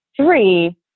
three